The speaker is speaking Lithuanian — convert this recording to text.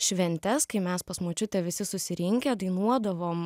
šventes kai mes pas močiutę visi susirinkę dainuodavom